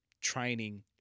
training